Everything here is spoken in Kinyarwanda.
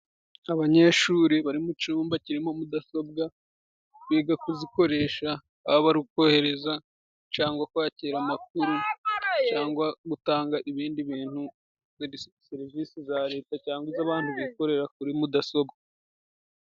Abanyeshuri bari mu cyumba kirimo mudasobwa, biga kuzikoresha Yaba ari ukohereza cyangwa kwakira amakuru cyangwa gutanga ibindi bintu, serivisi za Leta cyangwa iz'abantu bikorera kuri mudasobwa.